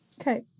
Okay